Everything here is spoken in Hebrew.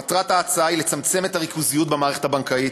מטרת ההצעה היא לצמצם את הריכוזיות במערכת הבנקאית,